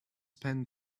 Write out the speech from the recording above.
spend